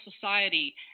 society